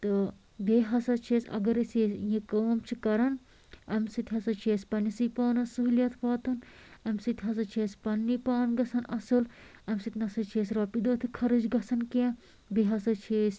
تہٕ بیٚیہِ ہسا چھِ أسۍ اَگر أسۍ یہِ یہِ کٲم چھِ کران اَمہِ سۭتۍ ہسا چھِ اسہِ پَننسٕے پانَس سہوٗلِیت واتان اَمہِ سۭتۍ ہسا چھُ اسہِ پَننٕے پان گژھان اصٕل اَمہِ سۭتۍ نَہ سا چھِ اسہِ رۄپیہِ دَہ تہِ خَرٕچ گژھان کیٚنٛہہ بیٚیہِ ہسا چھِ أسۍ